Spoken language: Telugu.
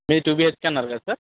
మీరు టూ బిహెచ్కే అన్నారు కదా సార్